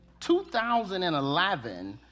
2011